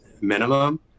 minimum